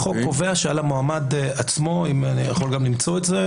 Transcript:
החוק קובע שעל המועמד עצמו אדם